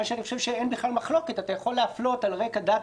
מה שאני חושב שאין בכלל מחלוקת אפשר להפלות על רקע דת,